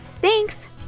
Thanks